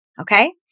Okay